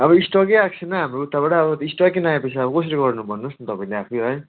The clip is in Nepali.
अब स्टकै आएको छैन हाम्रो उताबाट अब स्टकै नआएपछि अब कसरी गर्नु भन्नुहोस् त तपाईँले आफै है